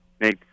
make –